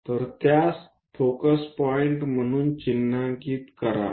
तर त्यास focus point म्हणून चिन्हांकित करा